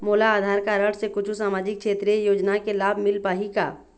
मोला आधार कारड से कुछू सामाजिक क्षेत्रीय योजना के लाभ मिल पाही का?